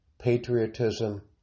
patriotism